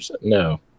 no